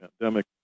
Pandemic